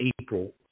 April